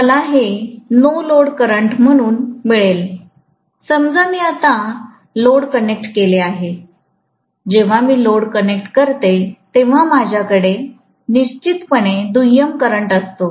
मला हे no load current म्हणून मिळाले समजा मी आता लोड कनेक्ट केले आहे जेव्हा मी लोड कनेक्ट करते तेव्हा माझ्या कडे निश्चित पणे दुय्यम करंट असतो